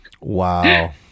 Wow